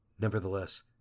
Nevertheless